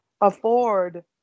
afford